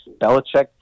Belichick